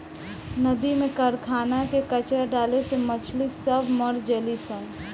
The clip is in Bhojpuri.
नदी में कारखाना के कचड़ा डाले से मछली सब मर जली सन